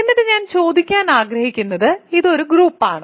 എന്നിട്ട് ഞാൻ ചോദിക്കാൻ ആഗ്രഹിക്കുന്നത് ഇത് ഒരു ഗ്രൂപ്പാണോ